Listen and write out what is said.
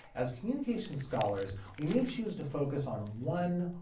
as communication scholars we may choose to focus on one,